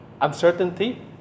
uncertainty